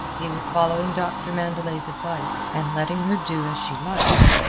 he was following doctor mandelet's advice, and letting her do as she liked.